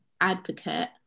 advocate